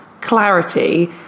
clarity